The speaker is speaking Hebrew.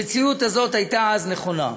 המציאות הזאת הייתה אז נכונה.